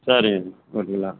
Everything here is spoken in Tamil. சரிங்க ஒரு கிலோ